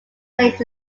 saints